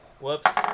Whoops